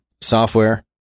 software